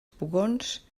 pugons